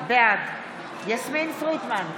בעד יסמין פרידמן,